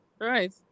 Right